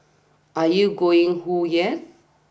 are you going whoa yet